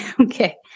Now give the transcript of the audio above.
Okay